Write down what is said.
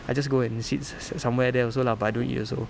I just go and sit s~ s~ somewhere there also lah but I don't eat also